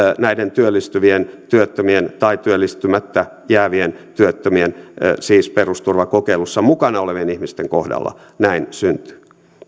näiden työllistyvien työttömien tai työllistymättä jäävien työttömien siis perusturvakokeilussa mukana olevien ihmisten kohdalla näin syntyy